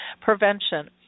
prevention